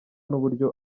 n’uburyo